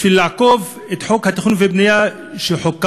בשביל לאכוף את חוק התכנון והבנייה שחוקק,